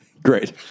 Great